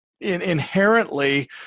inherently